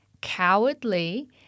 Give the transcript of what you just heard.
cowardly